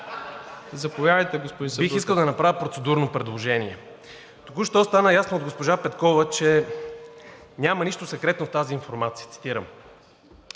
Заповядайте, господин Сабрутев. ВЕНКО САБРУТЕВ: Бих искал да направя процедурно предложение. Току-що стана ясно от госпожа Петкова, че няма нищо секретно в тази информация, цитирам.